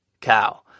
cow